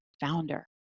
founder